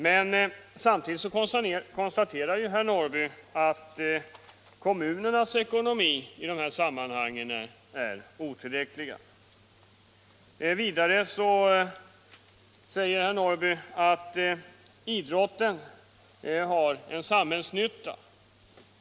Men samtidigt konstaterar herr Norrby att kommunernas ekonomiska resurser i dessa sammanhang är otillräckliga. Vidare säger han att idrotten gör samhällsnytta.